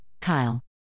Kyle